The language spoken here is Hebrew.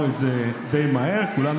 את זה די מהר, מה, יש קורונה, יש קורונה?